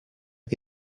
che